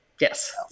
Yes